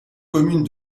communes